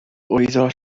wyddor